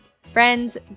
Friends